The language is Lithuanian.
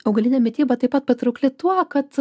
augalinė mityba taip pat patraukli tuo kad